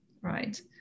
right